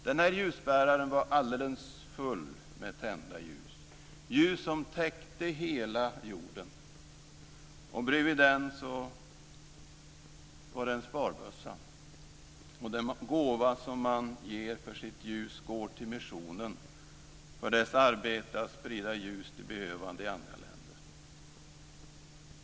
Denna ljusbärare var alldeles full med tända ljus, ljus som täckte hela jorden. Och bredvid den var det en sparbössa. Och den gåva som man ger för sitt ljus går till missionen för dess arbete att sprida ljus till behövande i andra länder.